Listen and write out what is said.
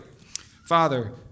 Father